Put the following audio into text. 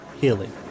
healing